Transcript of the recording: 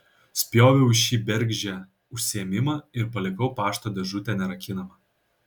spjoviau į šį bergždžią užsiėmimą ir palikau pašto dėžutę nerakinamą